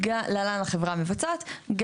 להלן החברה המבצעת.